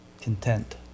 Content